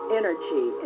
energy